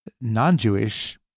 non-Jewish